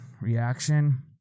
reaction